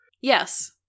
Yes